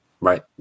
Right